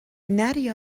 نری